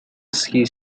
ski